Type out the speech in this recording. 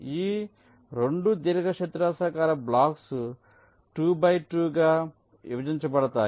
ఈ 2 దీర్ఘచతురస్రాకార blocks 2 by 2 గా విభజించబడతాయి